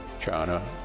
China